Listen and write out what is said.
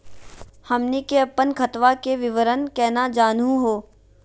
हमनी के अपन खतवा के विवरण केना जानहु हो?